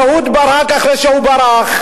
אהוד ברק, אחרי שהוא ברח,